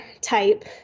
type